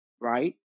right